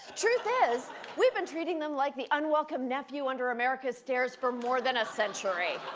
truth is we've been treating them like the unwelcome nephew under america's stairs for more than a century.